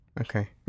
okay